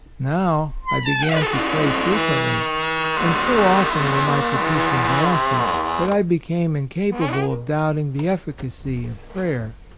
now i began to pray frequently and so often were my peti tions answered that i became incapable of doubting the effi cacy of prayer.